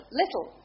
little